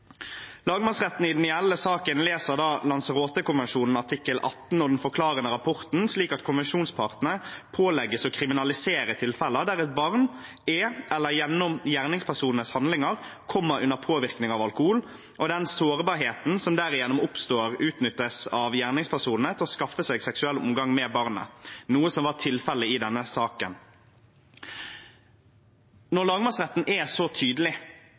Lagmannsretten i den gjeldende saken leste da Lanzarote-konvensjonens artikkel 18 og den forklarende rapporten slik at konvensjonspartene pålegges å kriminalisere tilfeller der et barn som er under, eller gjennom gjerningspersonenes handlinger kommer under, påvirkning av alkohol, med den sårbarheten som derigjennom oppstår, utnyttes av gjerningspersonene til å skaffe seg seksuell omgang med barnet, noe som var tilfellet i denne saken. Når lagmannsretten er så tydelig